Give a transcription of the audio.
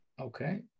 Okay